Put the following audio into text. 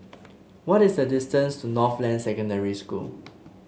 what is the distance to Northland Secondary School